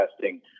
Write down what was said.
testing